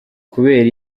kubera